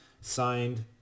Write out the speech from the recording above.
signed